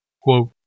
quote